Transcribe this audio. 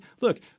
look